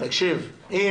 אני